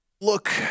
look